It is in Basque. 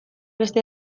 beste